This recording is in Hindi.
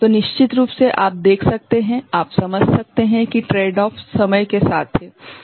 तो निश्चित रूप से आप देख सकते हैं आप समझ सकते हैं कि ट्रेडऑफ समय के साथ है